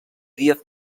díaz